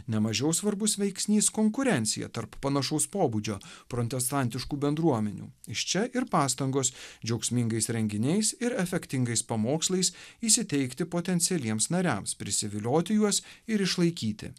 nemažiau svarbus veiksnys konkurencija tarp panašaus pobūdžio protestantiškų bendruomenių iš čia ir pastangos džiaugsmingais renginiais ir efektingais pamokslais įsiteikti potencialiems nariams prisivilioti juos ir išlaikyti